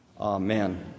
amen